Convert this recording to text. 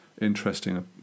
interesting